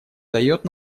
дает